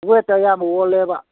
ꯋꯦꯠꯇ ꯑꯌꯥꯝꯕ ꯑꯣꯜꯂꯦꯕ